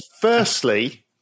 Firstly